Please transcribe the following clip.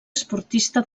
esportista